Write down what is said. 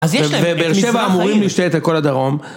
אז יש להם... ובאר שבע אמורים להשתלט את הכל הדרום.